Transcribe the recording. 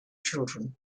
children